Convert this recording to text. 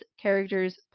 characters